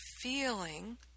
feeling